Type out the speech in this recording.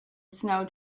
snow